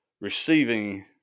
receiving